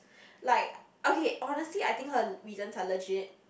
like okay honestly I think her reasons are legit